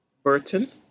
Burton